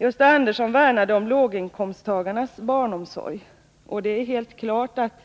Gösta Andersson säger sig värna om låginkomsttagarnas barnomsorg, och det är helt klart att